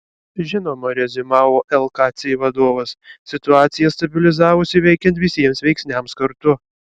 žinoma reziumavo lkc vadovas situacija stabilizavosi veikiant visiems veiksniams kartu